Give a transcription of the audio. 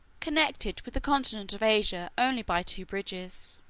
connected with the continent of asia only by two bridges.